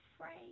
afraid